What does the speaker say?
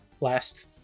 last